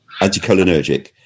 Anticholinergic